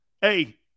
hey